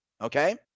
okay